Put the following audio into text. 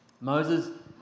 Moses